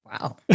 Wow